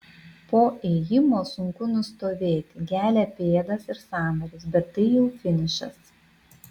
po ėjimo sunku nustovėti gelia pėdas ir sąnarius bet tai jau finišas